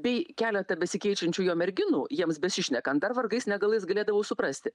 tai keletą besikeičiančių jo merginų jiems besišnekant dar vargais negalais galėdavau suprasti